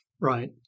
Right